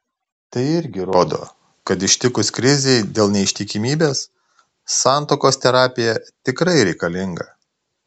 tai irgi rodo kad ištikus krizei dėl neištikimybės santuokos terapija tikrai reikalinga